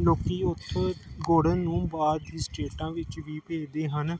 ਲੋਕ ਉੱਥੋਂ ਗੁੜ ਨੂੰ ਬਾਹਰਲੀਆਂ ਸਟੇਟਾਂ ਵਿੱਚ ਵੀ ਭੇਜਦੇ ਹਨ